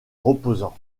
reposant